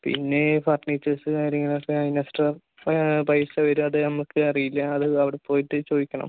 പിന്നെ ഫർണിച്ചേഴ്സ് കാര്യങ്ങളൊക്കെ അതിന് എക്സ്ട്രാ പൈസ വരും അത് നമ്മക്ക് അറിയില്ല അത് അവിടെ പോയിട്ട് ചോദിക്കണം